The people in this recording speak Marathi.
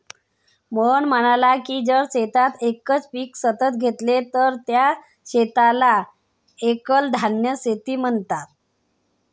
मोहन म्हणाला की जर शेतात एकच पीक सतत घेतले तर त्या शेताला एकल धान्य शेती म्हणतात